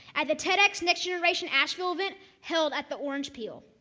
at the tedxnextgenerationasheville event held at the orange peel.